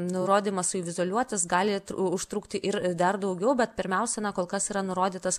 nurodymas izoliuotis gali užtrukti ir dar daugiau bet pirmiausia na kol kas yra nurodytas